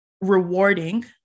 rewarding